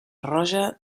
roja